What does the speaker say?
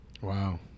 Wow